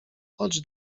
chodź